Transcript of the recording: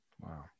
Wow